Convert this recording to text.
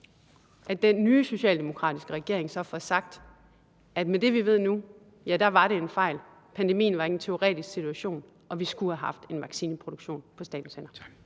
at den nye socialdemokratiske regering så får sagt, at med det, vi ved nu, var det en fejl, for pandemien var ikke en teoretisk situation, og at vi skulle have haft en vaccineproduktion på statens hænder.